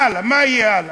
הלאה, מה יהיה הלאה?